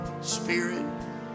spirit